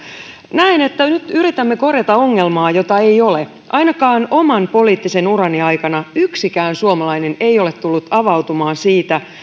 näen että nyt yritämme korjata ongelmaa jota ei ole ainakaan oman poliittisen urani aikana yksikään suomalainen ei ole tullut avautumaan siitä